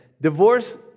divorce